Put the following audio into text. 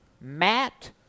Matt